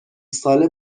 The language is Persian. ساله